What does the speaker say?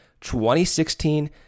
2016